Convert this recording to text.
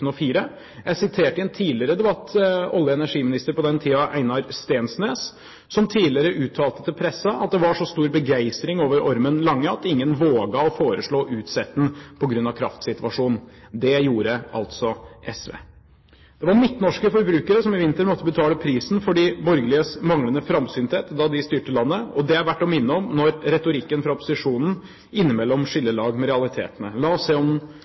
Jeg siterte i en tidligere debatt olje- og energiministeren på den tiden, Einar Steensnæs, som tidligere uttalte til pressen at det var så stor begeistring over Ormen Lange at ingen våget å foreslå å utsette den på grunn av kraftsituasjonen. Det gjorde altså SV. Det var midtnorske forbrukere som i vinter måtte betale prisen for de borgerliges manglende framsynthet da de styrte landet. Det er det verdt å minne om når retorikken fra opposisjonen innimellom skiller lag med realitetene. La oss se om